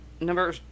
number